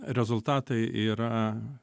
rezultatai yra